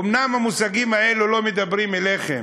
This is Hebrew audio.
אומנם המושגים האלה לא מדברים אליכם,